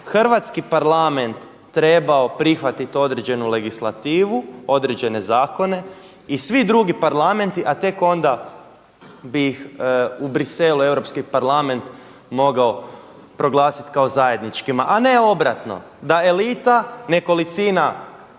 hrvatski Parlament treba prihvatiti određenu legislativu, određene zakone i svi drugi parlamenti, a tek onda bi u Bruxellesu Europski Parlament mogao proglasiti kao zajedničkim, a ne obratno da elita nekolicina